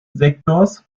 sektors